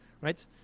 right